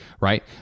right